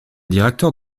directeurs